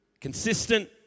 Consistent